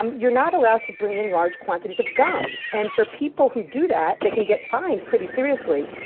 um you're not allowed to bring in large quantities of gum. and for people who do that, they can get fined pretty seriously,